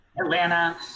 atlanta